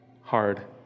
Hard